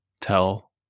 tell